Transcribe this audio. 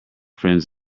friends